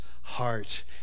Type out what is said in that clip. heart